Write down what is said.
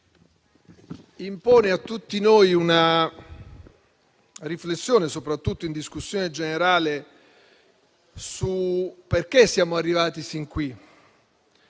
impone a tutti noi una riflessione, soprattutto in discussione generale, sul perché siamo arrivati sin qui.